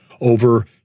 over